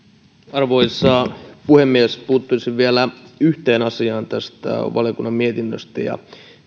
arvoisa puhemies puuttuisin vielä yhteen asiaan tästä valiokunnan mietinnöstä ja